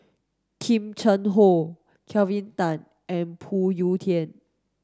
Kim Cheng Hoe Kelvin Tan and Phoon Yew Tien